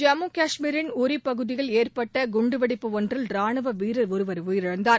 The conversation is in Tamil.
ஜம்மு காஷ்மீரின் உரிப்பகுதியில் ஏற்பட்ட குண்டுவெடிப்பு ஒன்றில் ரானுவ வீரர் ஒருவர் உயிரிழந்தார்